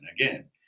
Again